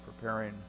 preparing